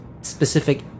specific